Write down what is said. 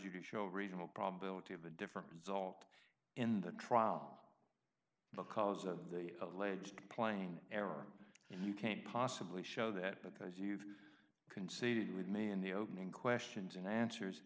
you to show a reasonable probability of a different result in the trial because of the alleged playing error and you can't possibly show that because you've conceded with me in the opening questions and answers